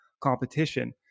competition